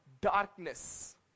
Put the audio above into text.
darkness